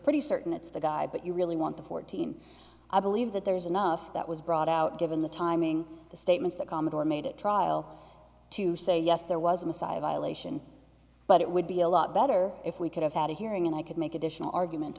pretty certain it's the guy but you really want to fourteen i believe that there's enough that was brought out given the timing of the statements the commodore made at trial to say yes there was a messiah violation but it would be a lot better if we could have had a hearing and i could make additional argument